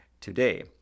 today